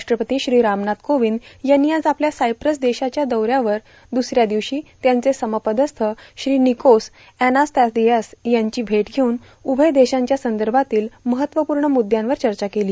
राष्ट्रपती श्री रामनाथ कोविंद यांनी आज आपल्या सायप्रस देशाच्या दौऱ्याच्या दुसऱ्या दिवशी त्यांचे समपदस्थ श्री निकॉस अनॅस्तासिएदिस यांची भेट घेऊन उभय देशांच्या संदर्भातील महत्वपूर्ण मुद्यांवर चर्चा केली